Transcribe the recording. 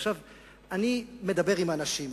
אני מדבר עם אנשים,